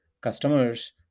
customers